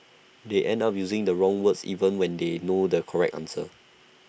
they end up using the wrong words even when they know the correct answer